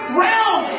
realm